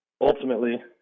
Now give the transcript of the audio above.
ultimately